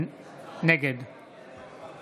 נגד